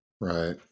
Right